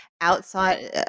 outside